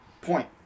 point